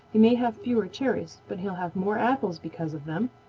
he may have fewer cherries, but he'll have more apples because of them.